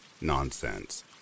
nonsense